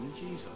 Jesus